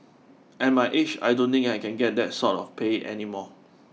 at my age I don't think I can get that sort of pay any more